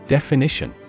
Definition